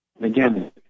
again